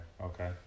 okay